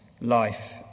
life